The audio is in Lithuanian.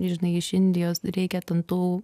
žinai iš indijos reikia ten tų